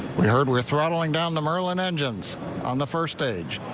we heard were throwing down the merlin engines on the first stage.